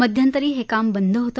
मध्यंतरी हे काम बंद होते